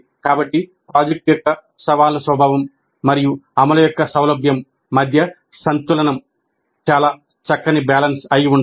కాబట్టి ప్రాజెక్ట్ యొక్క సవాలు స్వభావం మరియు అమలు యొక్క సౌలభ్యం మధ్య సంతులనం చాలా చక్కని బ్యాలెన్స్ అయి ఉండాలి